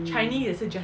mm